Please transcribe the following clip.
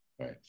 Right